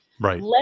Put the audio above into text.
Right